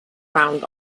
found